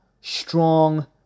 strong